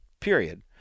period